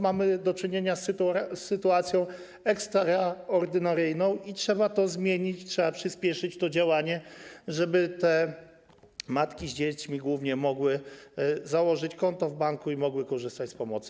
Mamy do czynienia z sytuacją ekstraordynaryjną i trzeba to zmienić, trzeba przyspieszyć to działanie, żeby głównie matki z dziećmi mogły założyć konto w banku i mogły korzystać z pomocy.